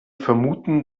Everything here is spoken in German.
vermuten